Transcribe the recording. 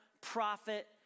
prophet